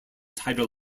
tidal